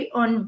on